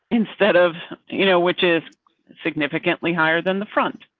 instead of you know which is significantly higher than the front.